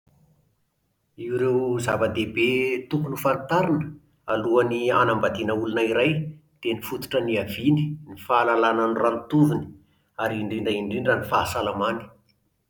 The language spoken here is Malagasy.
Ireo zavadehibe tokony ho fa-antarina alohan'ny hanambadiana olona iray dia ny fototra niaviany, ny fahalalàna norantoviny, ary indrindra indrindra ny fahasalamany,